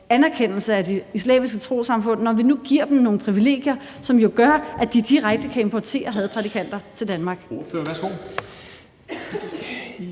anerkendelse af de islamiske trossamfund, når vi nu giver dem nogle privilegier, som jo gør, at de direkte kan importere hadprædikanter til Danmark?